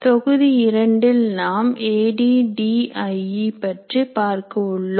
தொகுதி இரண்டில் நாம் ஏடிடிஐஇ பற்றி பார்க்க உள்ளோம்